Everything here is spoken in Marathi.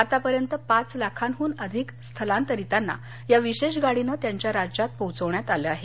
आतापर्यंत पाच लाखांहून अधिका स्थलांतरितांना या विशेष गाडीनं त्यांच्या राज्यात पोहोचवण्यात आलं आहे